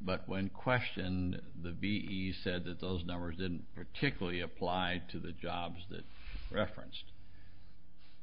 but when questioned the ve said that those numbers and particularly applied to the jobs that reference